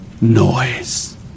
noise